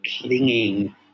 Clinging